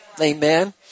Amen